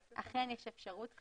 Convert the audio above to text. אכן יש אפשרות זאת.